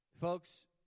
Folks